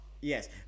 yes